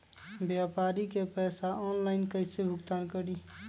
व्यापारी के पैसा ऑनलाइन कईसे भुगतान करी?